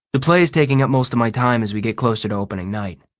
the play is taking up most of my time as we get closer to opening night.